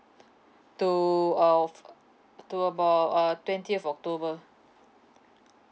to of to about uh twentieth october